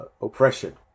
oppression